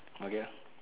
okay lor